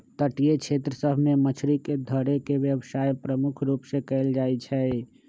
तटीय क्षेत्र सभ में मछरी धरे के व्यवसाय प्रमुख रूप से कएल जाइ छइ